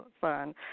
fun